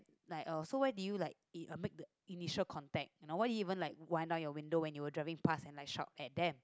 like uh so why did you like make initial contact why even like wipe down your window when you are driving pass and like shout at them